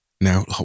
now